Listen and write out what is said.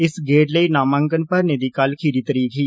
इस गेड़ लेई नामांकन भरने दी कल खीरी तरीक ही